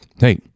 hey